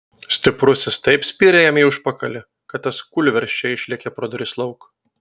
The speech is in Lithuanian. stiprusis taip spyrė jam į užpakalį kad tas kūlversčia išlėkė pro duris lauk